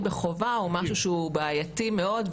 בחובה הוא משהו שהוא בעייתי מאוד,